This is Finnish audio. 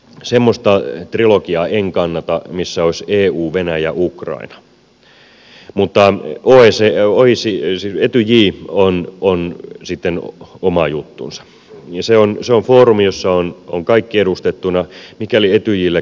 semmoista trilogiaa en kannata missä olisivat eu venäjä ukraina mutta etyj on sitten oma juttunsa ja se on foorumi jossa ovat kaikki edustettuina mikäli etyjillä kiinnostusta on